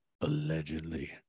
allegedly